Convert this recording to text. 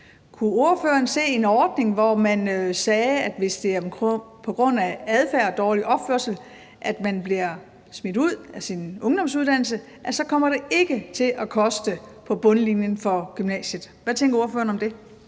Kunne ordføreren se en ordning, hvor man sagde, at hvis det er på grund af adfærd og dårlig opførsel, man bliver smidt ud af sin ungdomsuddannelse, så kommer det ikke til at koste på bundlinjen for gymnasiet? Hvad tænker ordføreren om det?